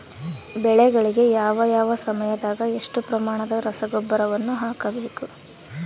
ಬೆಳೆಗಳಿಗೆ ಯಾವ ಯಾವ ಸಮಯದಾಗ ಎಷ್ಟು ಪ್ರಮಾಣದ ರಸಗೊಬ್ಬರವನ್ನು ಹಾಕಬೇಕು?